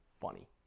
funny